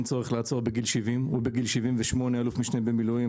צורך לעצור בגיל 70. הוא בגיל 78 אל"מ במילואים,